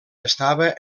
estava